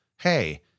hey